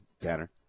Tanner